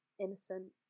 innocent